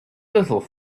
little